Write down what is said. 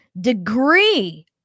degree